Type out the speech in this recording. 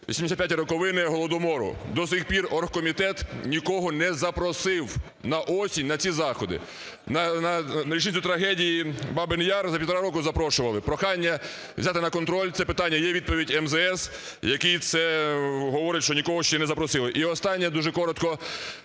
75-і роковини Голодомору. До сих пір оргкомітет нікого не запросив на осінь на ці заходи. На річницю трагедії Бабиного Яру за півтора року запрошували. Прохання взяти на контроль це питання, є відповідь МЗС, яке говорить, що нікого ще не запросили. І останнє, дуже коротко.